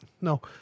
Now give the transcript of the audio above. No